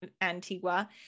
Antigua